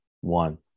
one